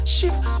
Shift